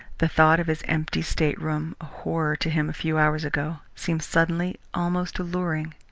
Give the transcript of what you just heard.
the thought of his empty stateroom, a horror to him a few hours ago, seemed suddenly almost alluring,